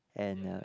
and uh